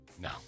No